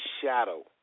shadow